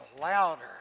louder